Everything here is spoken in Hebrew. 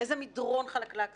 איזה מדרון חלקלק זה.